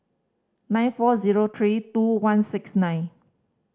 nine four zero three two one six nine